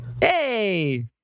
hey